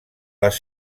les